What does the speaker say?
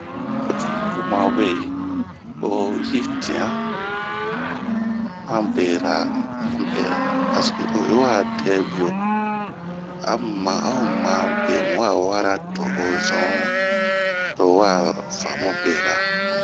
Bun ma weyi, oyi ti'an hanbera parse'e oyi wa dɛbio. amma ao ma bemi wawara ,to'o wa famu bera.